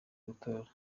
gutora